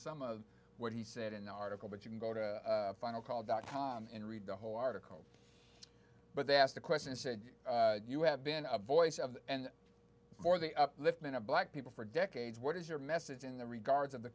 some of what he said in the article but you can go to final call dot com and read the whole article but they asked the question said you have been a voice of for the upliftment of black people for decades what is your message in the regards of the